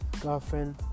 girlfriend